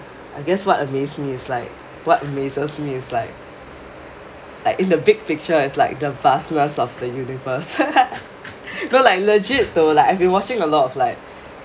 I guess what amaze me is like what amazes me is like like in the big picture is like the vastness of the universe know like legit though like I've been watching a lot of like